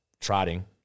trotting